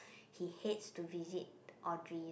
he hates to visit Audrey